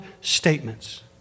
statements